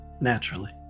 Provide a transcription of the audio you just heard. Naturally